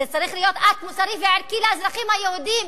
זה צריך להיות אקט מוסרי וערכי לאזרחים היהודים,